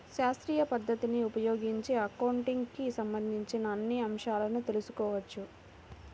శాస్త్రీయ పద్ధతిని ఉపయోగించి అకౌంటింగ్ కి సంబంధించిన అన్ని అంశాలను తెల్సుకోవచ్చు